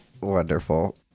Wonderful